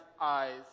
eyes